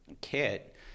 kit